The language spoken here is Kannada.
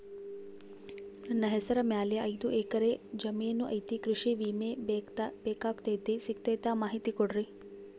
ನನ್ನ ಹೆಸರ ಮ್ಯಾಲೆ ಐದು ಎಕರೆ ಜಮೇನು ಐತಿ ಕೃಷಿ ವಿಮೆ ಬೇಕಾಗೈತಿ ಸಿಗ್ತೈತಾ ಮಾಹಿತಿ ಕೊಡ್ರಿ?